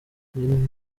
iyi